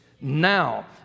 now